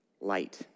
light